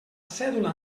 cèdula